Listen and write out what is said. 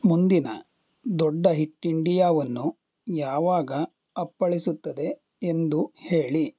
ಮುಂದಿನ ದೊಡ್ಡ ಹಿಟ್ ಇಂಡಿಯಾವನ್ನು ಯಾವಾಗ ಅಪ್ಪಳಿಸುತ್ತದೆ ಎಂದು ಹೇಳಿ